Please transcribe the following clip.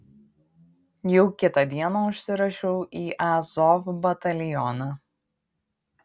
jau kitą dieną užsirašiau į azov batalioną